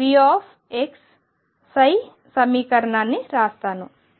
22m2x2Vxసమీకరణాన్ని రాస్తాను